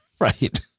Right